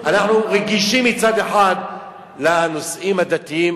אנחנו רגישים מצד אחד לנושאים הדתיים,